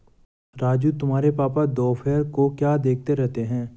राजू तुम्हारे पापा दोपहर को क्या देखते रहते हैं?